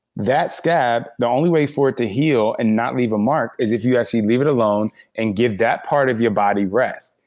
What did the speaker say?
that scab, the only way for it to heal and not leave a mark, is if you actually leave it alone and give that part of your body rest.